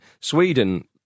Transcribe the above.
Sweden